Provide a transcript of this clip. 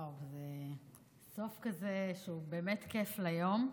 וואו, זה סוף כזה שהוא באמת כיף ליום.